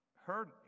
heard